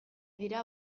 dira